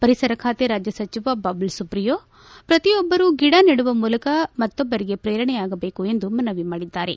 ಪರಿಸರ ಖಾತೆ ರಾಜ್ಯ ಸಚಿವ ಬಬಲ್ ಸುಪ್ರಿಯೊ ಪ್ರತಿಯೊಬ್ಲರು ಗಿಡ ನೆಡುವ ಮೂಲಕ ಮತ್ತೊಬ್ಲರಿಗೆ ಪ್ರೇರಣೆಯಾಗಬೇಕೆಂದು ಮನವಿ ಮಾಡಿದ್ಲಾರೆ